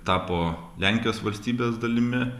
tapo lenkijos valstybės dalimi